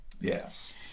Yes